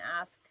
ask